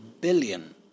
billion